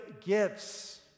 gifts